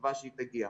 בתקווה שהיא תגיע.